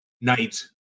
knight